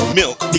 milk